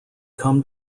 come